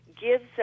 gives